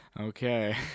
Okay